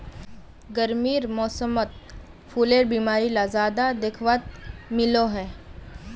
गर्मीर मौसमोत फुलेर बीमारी ला ज्यादा दखवात मिलोह